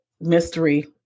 mystery